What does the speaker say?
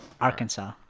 Arkansas